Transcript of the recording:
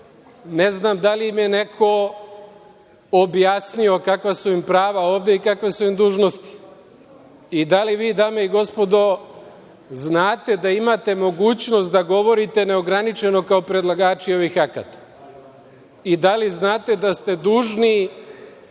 Ne znam da li im je neko objasnio kakva su im prava ovde i kakve su im dužnosti? Da li vi, dame i gospodo, znate da imate mogućnost da govorite neograničeno kao predlagači ovih akata? I da li znate da ste dužni